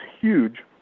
huge